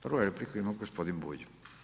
Prvu repliku ima gospodin Bulj.